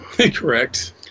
Correct